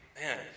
man